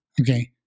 Okay